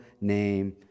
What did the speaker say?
name